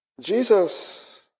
Jesus